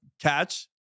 catch